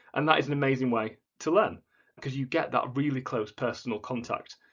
and that is an amazing way to learn because you get that really close personal contact.